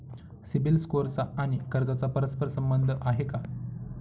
CIBIL score आणि कर्जाचा परस्पर संबंध आहे का?